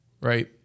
Right